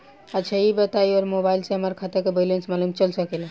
अच्छा ई बताईं और मोबाइल से हमार खाता के बइलेंस मालूम चल सकेला?